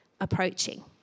approaching